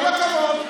כל הכבוד.